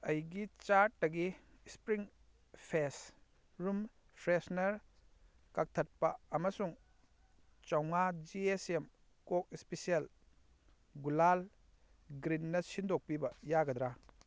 ꯑꯩꯒꯤ ꯆꯥꯔꯠꯇꯒꯤ spring fresh room freshener ꯀꯛꯊꯠꯄ ꯑꯃꯁꯨꯡ ꯆꯃꯉꯥ ꯖꯤ ꯑꯦꯁ ꯑꯦꯝ ꯀꯣꯛ ꯏꯁꯄꯤꯁꯦꯜ ꯒꯨꯂꯥꯜ ꯒ꯭ꯔꯤꯟꯅ ꯁꯤꯟꯗꯣꯛꯄꯤꯕ ꯌꯥꯒꯗ꯭ꯔꯥ